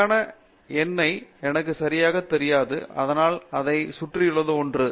சரியான எண்ணை எனக்கு சரியாகத் தெரியாது ஆனால் அதைச் சுற்றியுள்ள ஒன்று